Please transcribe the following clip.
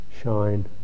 shine